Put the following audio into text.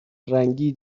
رنگی